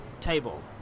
table